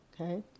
okay